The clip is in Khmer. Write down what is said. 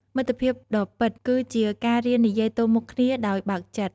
មិត្តភាពដ៏ពិត គឺជាការរៀននិយាយទល់មុខគ្នាដោយបើកចិត្ត។